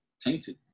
tainted